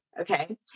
Okay